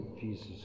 Jesus